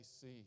see